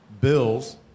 Bills